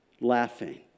laughing